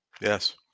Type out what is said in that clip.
Yes